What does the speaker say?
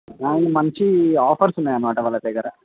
అవును మంచి ఆఫర్సు ఉన్నాయి అనమాట వాళ్ళ దగ్గర